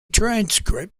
transcript